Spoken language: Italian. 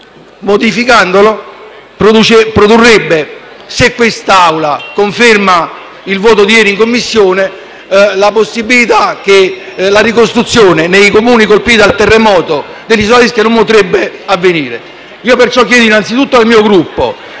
modificandolo produrrebbe, se questa Assemblea conferma il voto di ieri in Commissione, la possibilità che la ricostruzione nei Comuni colpiti dal terremoto dell’isola d’Ischia non avvenga. Per questo chiedo, innanzitutto al mio Gruppo